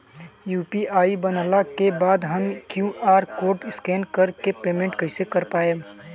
UPI बनला के बाद हम क्यू.आर कोड स्कैन कर के पेमेंट कइसे कर पाएम?